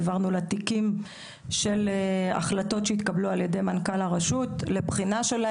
העברנו לה תיקים של ההחלטות שהתקבלו על ידי מנכ"ל הרשות לבחינתם,